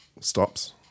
stops